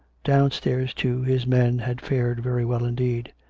downstairs, too, his men had fared very well indeed.